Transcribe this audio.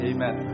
Amen